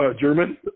German